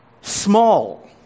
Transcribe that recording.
small